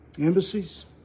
embassies